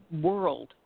world